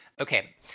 okay